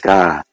God